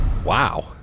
Wow